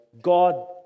God